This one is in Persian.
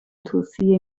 توصیه